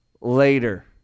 later